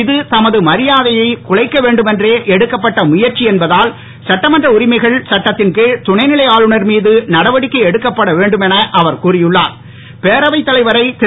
இது தமது மரியாதையை குலைக்க வேண்டுமென்றே எடுக்கப்பட்ட முயற்சி என்பதால் சட்டமன்ற உரிமைகள் சட்டத்தின் கீழ் துணைநிலை ஆளுநர் மீது நடவடிக்கை எடுக்கப்பட வேண்டும் என அவர் கூறியுள்ளார் பேரவைத் தலைவரை திரு